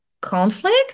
conflict